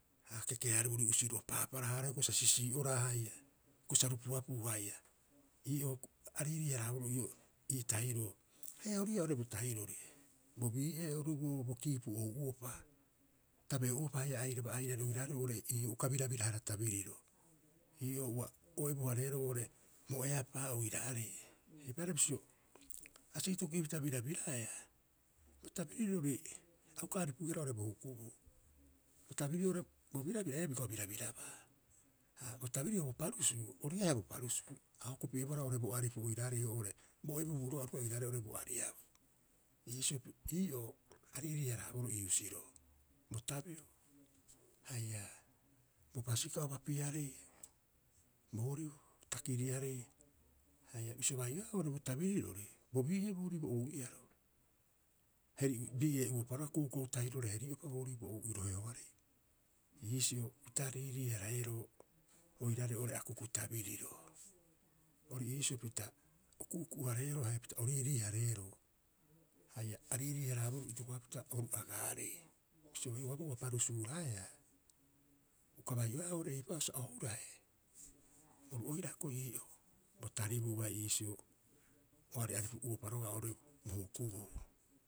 Sa aga keke- haareborii uusiro'o paapara- haaraha haia hioko'i sa sisi'oraa haia hioko'i sa rupuuapu haia. Ii'oo ariirii- haraaboroo ii'oo ii tahiroo, haia ori ii'aa oo'ore bo tahirori. Bo bii'ee oru boo bo kiipu ou'uopa tabeo'uropa haia airaba airari oiraarei oo ii uka birabirahara tabiriro. Ii'oo ua o ebu- hareeroo oo'ore bo eapa oirarei, eipaareha bisio asiitoki'ipita birabiraea, bo tabirirori a uka aripuihara oo'ore bo hukubuu. Bo tabiri'oo oo'ore bo birabira ee biga birabirabaa, ha bo tabiri'oo bo parusuu, ori ii'aa haia bo parusuu, a o hokopi'ebohara oo'ore bo aripu oiraarei oo'ore bo ebubuu roga'a oru bai oiraarei oo'ore bo ariabu. Iisio, ii'oo a riirii- haraaboroo ii husiroo, bo tabeo haia bo pasika'o bapiarei, boorii bo takiriareiia haia bisio bai'oeaa oo'ore bo tabirirori, bo bii'e boori bo ou'iaro heri bii'ee'uopa roga'a koukou tahiroire heri'uropa boorii bo ou'iroheoarei. Iisio pita riirii- hareeroo oiraarei oo'ore akuku tabiriro. Ori iisio pita o ku'uku'u- hareero haia pita o riirii- hareeroo, haia a riirii- haraaboroo itokopapita oru agaarei. Bisio heuaabo ua parusuuraeaa uka bai'oeaa oo'ore eipa'oo sa o hurae, oru oira hioko'i ii'oo, bo taribuu bai iisio o ari'aripu'uopa roga'a oo'ore bo hukubuu.